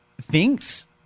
thinks